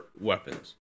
weapons